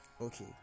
Okay